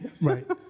right